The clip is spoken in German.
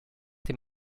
dem